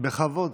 בכבוד